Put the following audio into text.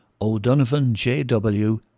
odonovanjw